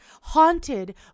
haunted